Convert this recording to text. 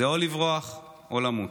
זה או לברוח או למות.